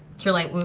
cure light wounds,